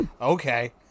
okay